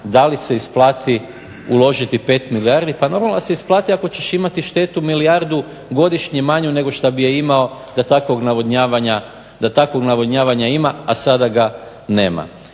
da li se isplati uložiti 5 milijardi, pa normalno da se isplati ako ćeš imati štetu milijardu godišnje manju nego što bi je imao da takvog navodnjavanja ima, a sada ga nema.